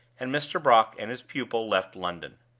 and mr. brock and his pupil left london.